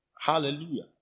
Hallelujah